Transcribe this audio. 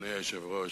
אדוני היושב-ראש,